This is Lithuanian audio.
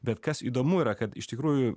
bet kas įdomu yra kad iš tikrųjų